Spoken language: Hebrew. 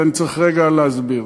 אז אני צריך רגע להסביר.